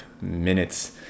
minutes